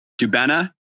Dubena